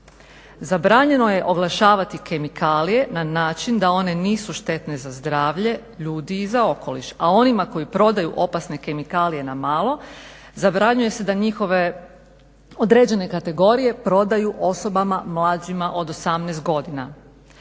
Zabranjeno je oglašavati kemikalije na način da one nisu štetne za zdravlje ljudi i za okoliš a onima koji prodaju opasne kemikalije na malo zabranjuje se da njihove određene kategorije prodaju osobama mlađima od 18 godina.